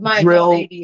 drill